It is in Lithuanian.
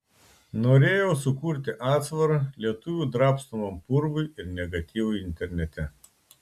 norėjau sukurti atsvarą lietuvių drabstomam purvui ir negatyvui internete